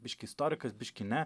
biškį istorikas biškį ne